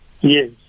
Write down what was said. Yes